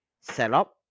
setup